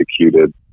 executed